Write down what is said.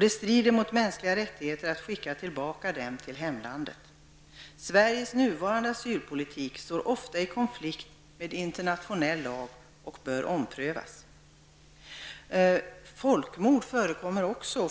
Det strider mot de mänskliga rättigheterna att skicka dem tillbaka till hemlandet. Sveriges nuvarande asylpolitik står ofta i konflikt med internationell lag och bör därför omprövas. Folkmord förekommer också.